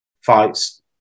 fights